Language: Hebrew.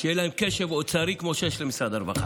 שיהיה להם קשב אוצרי כמו שיש למשרד הרווחה.